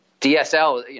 DSL